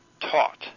taught